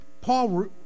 Paul